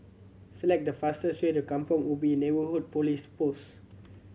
select the fastest way to Kampong Ubi Neighbourhood Police Post